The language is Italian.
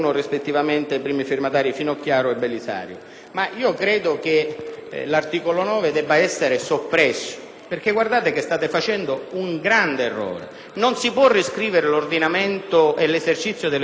l'articolo 9 debba essere soppresso. State facendo un grande errore: non si può riscrivere l'ordinamento e l'esercizio delle funzioni autonome della Corte dei conti e del Consiglio di Presidenza mediante